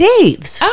Dave's